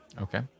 Okay